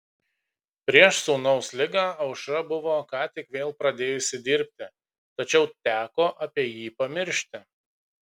prieš sūnaus ligą aušra buvo ką tik vėl pradėjusi dirbti tačiau teko apie jį pamiršti